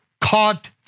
caught